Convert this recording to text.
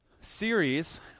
series